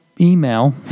email